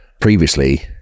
Previously